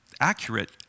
accurate